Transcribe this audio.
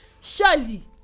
Surely